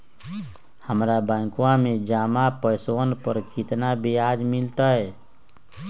हम्मरा बैंकवा में जमा पैसवन पर कितना ब्याज मिलतय?